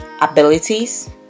abilities